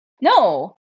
No